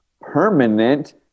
permanent